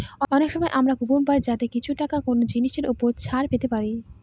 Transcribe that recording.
অনেক সময় আমরা কুপন পাই যাতে কিছু টাকা কোনো জিনিসের ওপর ছাড় পেতে পারি